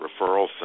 referral